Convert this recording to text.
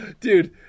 Dude